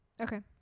Okay